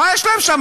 מה יש להם שם?